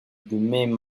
domaine